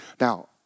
Now